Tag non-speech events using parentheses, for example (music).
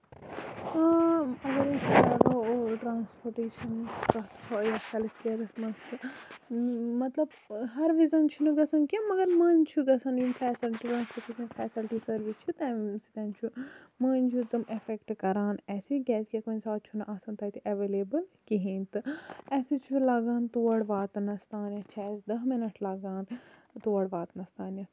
ہاں اَگر أسۍ کَتھ کرو ٹرانَسپوٹیشنٕچ کَتھ یَتھ ہٮ۪لٔتھ کِیرَس منٛز تہِ مطلب ہر وِزین چھُنہٕ گژھان کیٚنہہ مَگر مٔنزۍ چھُ گژھان یِم فیسلٹی (unintelligible) سٔروِس چھِ تَمہِ سۭتۍ چھُ مٔنزۍ چھِ تِم اِفیکٹ کران اَسہِ کیازِ کہِ کُنہِ ساتہٕ چھُنہٕ آسان تَتہِ ایویلیبٔل کِہیٖنۍ تہٕ اَسہِ چھُ لگان تور واتنَس تام چھُ اَسہِ دہ مِنٹ لَگان تور واتنَس تامتھ